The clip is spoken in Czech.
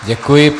Děkuji.